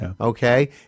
okay